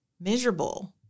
miserable